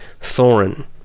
Thorin